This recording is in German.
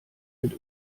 mit